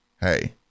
hey